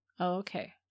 okay